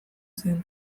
zen